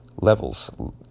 levels